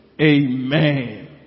Amen